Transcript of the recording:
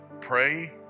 Pray